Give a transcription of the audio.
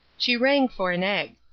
she rang for an egg.